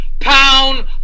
pound